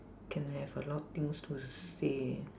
can have a lot things to say